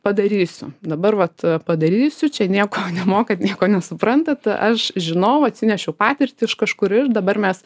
padarysiu dabar vat padarysiu čia nieko nemokat nieko nesuprantat aš žinau atsinešiau patirtį iš kažkur ir dabar mes